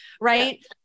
right